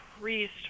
priest